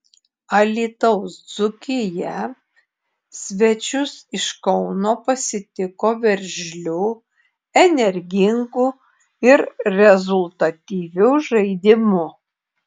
alytaus dzūkija svečius iš kauno pasitiko veržliu energingu ir rezultatyviu žaidimu